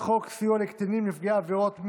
ובן אדם שנופל להתמכרות,